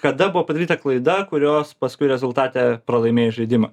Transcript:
kada buvo padaryta klaida kurios paskui rezultate pralaimėjus žaidimą